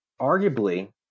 Arguably